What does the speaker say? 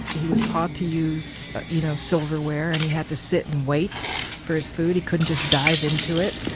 he was taught to use you know silverware and he had to sit and wait for his food, he couldn't just dive into it.